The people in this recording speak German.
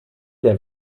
der